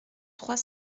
trois